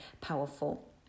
powerful